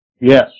Yes